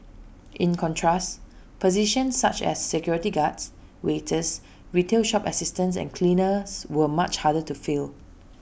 in contrast positions such as security guards waiters retail shop assistants and cleaners were much harder to fill